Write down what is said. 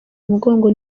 umugongo